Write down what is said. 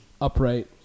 Upright